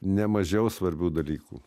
nemažiau svarbių dalykų